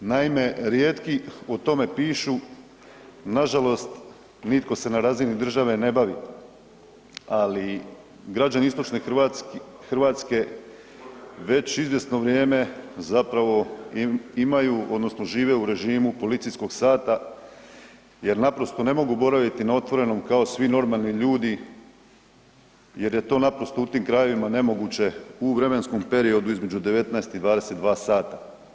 Naime, rijetki o tome pišu, nažalost nitko se na razini države ne bavi, ali građani istočne Hrvatske već izvjesno vrijeme zapravo imaju odnosno žive u režimu policijskog sata jer naprosto ne mogu boraviti na otvorenom kao svi normalni ljudi jer je to naprosto u tim krajevima nemoguće u vremenskom periodu između 19 i 22 sata.